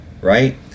right